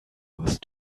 ghost